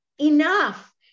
Enough